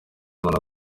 umuntu